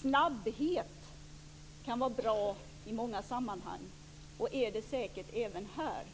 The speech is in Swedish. Snabbhet kan vara bra i många sammanhang och är det säkert även här,